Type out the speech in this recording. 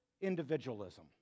individualism